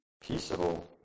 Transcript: peaceable